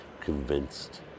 convinced